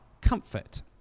comfort